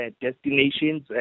destinations